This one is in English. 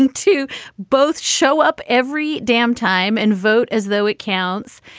and to both show up every damn time and vote as though it counts.